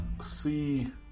see